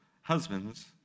husbands